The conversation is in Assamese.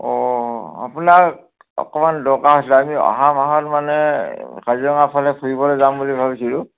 অ আপোনাক অকমান দৰকাৰ আছিল আমি অহা মাহত মানে কাজিৰঙাৰ ফালে ফুৰিবলে যাম বুলি ভাবিছিলোঁ